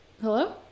hello